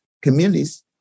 communities